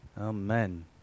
Amen